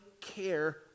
care